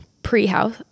pre-house